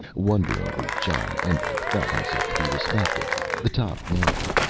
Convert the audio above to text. wonderingly, john endlich felt himself to be respected the top man.